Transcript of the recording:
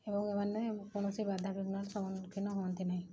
ଏବଂ ଏମାନେ କୌଣସି ବାଧା ବିଘ୍ନାର ସମ୍ମୁଖୀନ ହୁଅନ୍ତି ନାହିଁ